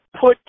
put